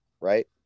right